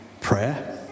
Prayer